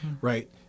right